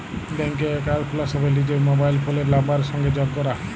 ব্যাংকে একাউল্ট খুলার সময় লিজের মবাইল ফোলের লাম্বারের সংগে যগ ক্যরা